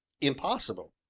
impossible!